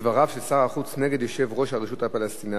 דבריו של שר החוץ נגד יושב-ראש הרשות הפלסטינית,